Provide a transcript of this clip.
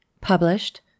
Published